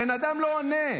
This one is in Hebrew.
הבן אדם לא עונה.